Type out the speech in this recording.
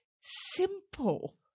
simple